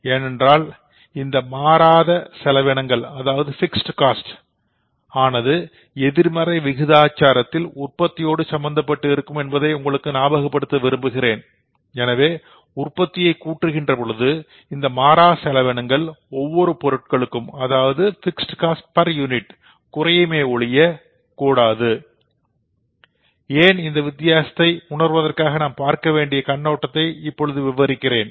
ஏனென்றால் இந்த fixed cost ஆனது எதிர்மறை விகிதாச்சாரத்தில் உற்பத்தியோடு சம்பந்தப்பட்ட இருக்கும் என்பதை உங்களுக்கு ஞாபகப்படுத்த விரும்புகிறேன் எனவே உற்பத்தியை கூட்டுகின்ற போது இந்த மாறாக செலவினங்கள் ஒவ்வொரு பொருட்களுக்கும் குறையுமே ஒழிய கூடாது ஏன் இந்த வித்தியாசத்தை உணர்வதற்காக நாம் பார்க்கவேண்டிய கண்ணோட்டத்தை விவரிக்கிறேன்